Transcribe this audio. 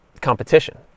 competition